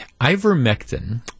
ivermectin